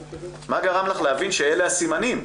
מה גרם לך להבין שאלה הסימנים?